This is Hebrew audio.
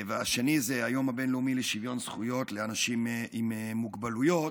והשני זה היום הבין-לאומי לשוויון זכויות לאנשים עם מוגבלויות.